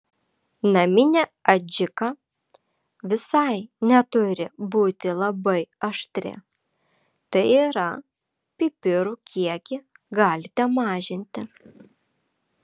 naminė adžika visai neturi būti labai aštri tai yra pipirų kiekį galite mažinti